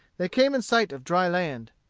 they came in sight of dry land.